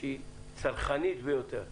שהיא צרכנית ביותר.